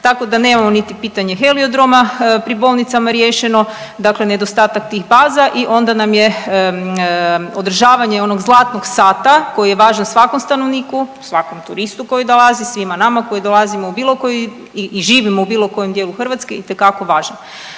Tako da nemamo niti pitanje heliodroma pri bolnicama riješeno, dakle nedostatak tih baza i onda nam je održavanje onog zlatnog sata koji je važan svakom stanovniku, svakom turistu koji dolazi, svima nama koji dolazimo u bilo koji i živimo u bilo kojem dijelu Hrvatske itekako važan.